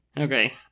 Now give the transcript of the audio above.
Okay